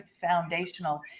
foundational